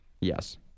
Yes